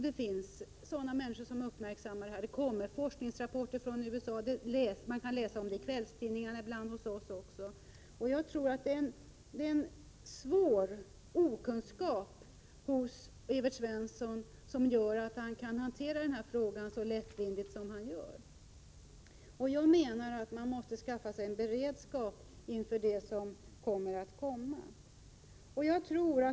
Det kommer forskningsrapporter från USA, och man kan också läsa om detta i kvällstidningar hos oss. Det är en allvarlig okunskap hos Evert Svensson som gör att han hanterar den här frågan så lättvindigt som han gör. Jag menar att man måste skaffa sig beredskap inför det som kommer.